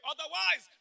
Otherwise